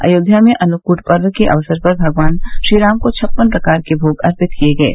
अयोध्या में अन्नकूट पर्व के अवसर पर भगवान श्रीराम को छप्पन प्रकार के भोग अर्पित किए गये